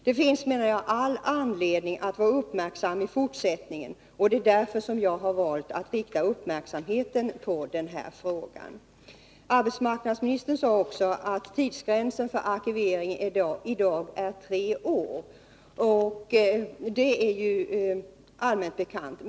Det finns, menar jag, all anledning att vara uppmärksam i fortsättningen, och det är därför jag har valt att rikta uppmärksamheten på den här frågan. Arbetsmarknadsministern sade också att tidsgränsen för arkivering i dag är tre år, och det är allmänt bekant.